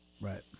right